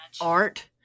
art